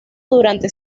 durante